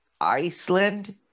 Iceland